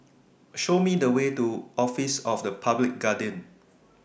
Show Me The Way to Office of The Public Guardian